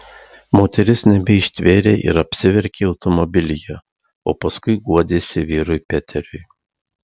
moteris nebeištvėrė ir apsiverkė automobilyje o paskui guodėsi vyrui peteriui